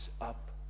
up